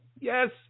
Yes